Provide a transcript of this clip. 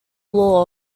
law